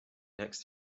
next